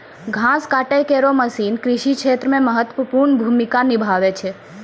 घास काटै केरो मसीन कृषि क्षेत्र मे महत्वपूर्ण भूमिका निभावै छै